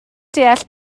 deall